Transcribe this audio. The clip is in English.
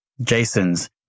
Jason's